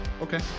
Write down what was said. Okay